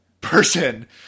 person